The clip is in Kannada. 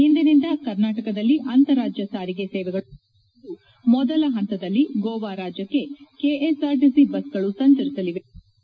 ಇಂದಿನಿಂದ ಕರ್ನಾಟಕದಲ್ಲಿ ಅಂತಾರಾಜ್ಯ ಸಾರಿಗೆ ಸೇವೆಗಳು ಆರಂಭವಾಗುತ್ತಿದ್ದು ಮೊದಲ ಹಂತದಲ್ಲಿ ಗೋವಾ ರಾಜ್ಯಕ್ಕೆ ಕೆಎಸ್ಆರ್ಟಿಸಿ ಬಸ್ಗಳು ಸಂಚರಿಸಲಿವೆ ಎಂದು ಕೆ